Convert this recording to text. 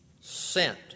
Sent